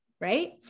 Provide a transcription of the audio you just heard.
Right